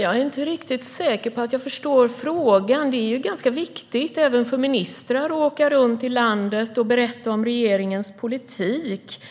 Herr talman! Jag är inte säker på att jag förstår frågan. Det är ganska viktigt, även för ministrar, att åka runt i landet och berätta om regeringens politik.